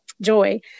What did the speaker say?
joy